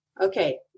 Okay